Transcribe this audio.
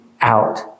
out